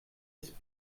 ist